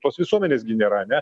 tos visuomenės gi nėra ane